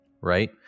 Right